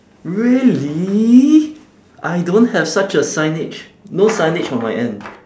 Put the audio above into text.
really I don't have such a signage no signage on my end